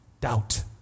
doubt